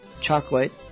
chocolate